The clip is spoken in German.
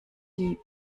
die